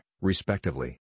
respectively